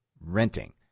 renting